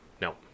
No